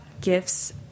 gifts